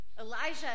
Elijah